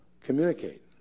communicate